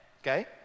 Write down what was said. Okay